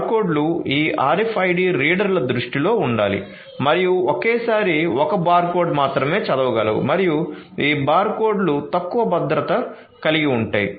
బార్కోడ్లు ఈ RFID రీడర్ల దృష్టిలో ఉండాలి మరియు ఒకేసారి ఒక బార్కోడ్ మాత్రమే చదవగలవు మరియు ఈ బార్కోడ్లు తక్కువ భద్రత కలిగి ఉంటాయి